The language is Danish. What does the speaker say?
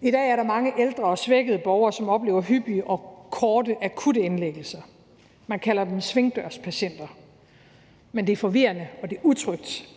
I dag er der mange ældre og svækkede borgere, som oplever hyppige og korte akutindlæggelser; man kalder dem svingdørspatienter. Men det er forvirrende, og det er utrygt.